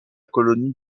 colonie